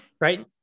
Right